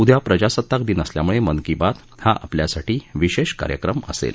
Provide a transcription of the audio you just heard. उद्या प्रजासताक दिन असल्याम्ळे मन की बात हा आपल्यासाठी विशेष कार्यक्रम असेल